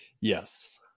Yes